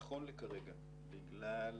נכון לכרגע, בגלל